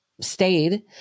stayed